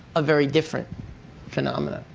a very different phenomenon.